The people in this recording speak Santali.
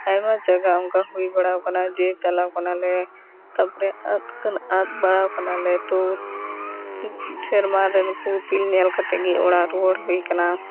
ᱟᱭᱢᱟ ᱡᱟᱜᱟ ᱚᱱᱠᱟ ᱦᱩᱭᱵᱟᱲᱟ ᱟᱠᱟᱱᱟ ᱡᱮ ᱪᱟᱞᱟᱣ ᱟᱠᱟᱱᱟ ᱞᱮ ᱛᱟᱯᱚᱨᱮ ᱟᱫ ᱟᱠᱟᱱᱟ ᱟᱫ ᱵᱟᱲᱟ ᱟᱠᱟᱱᱟᱞᱮ ᱛᱚ ᱥᱮᱨᱢᱟᱨᱮ ᱱᱩᱠᱩ ᱤᱯᱤᱞ ᱧᱮᱞ ᱠᱟᱛᱮ ᱜᱮ ᱚᱲᱟᱜ ᱨᱩᱭᱟᱹᱲ ᱦᱩᱭᱟᱠᱟᱱᱟ